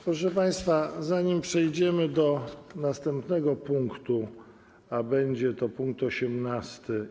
Proszę państwa, zanim przejdziemy do następnego punktu, a będzie to punkt 18.